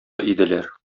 иделәр